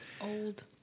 Old